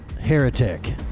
Heretic